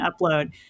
upload